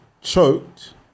choked